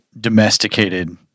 domesticated